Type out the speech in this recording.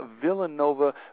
Villanova